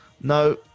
No